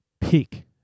pick